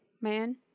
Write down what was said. man